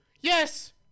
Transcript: Yes